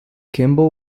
kimball